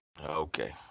Okay